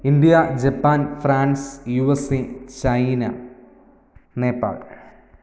India Japan France U S A China Nepal